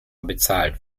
bezahlt